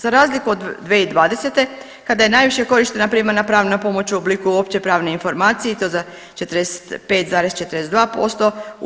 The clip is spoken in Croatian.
Za razliku od 2020. kada je najviše korištena primarna pravna pomoć u obliku opće pravne informacije i to za 45,42%